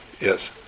yes